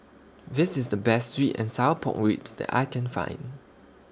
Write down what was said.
This IS The Best Sweet and Sour Pork Ribs that I Can Find